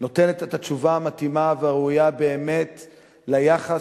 שנותנת את התשובה המתאימה והראויה באמת ליחס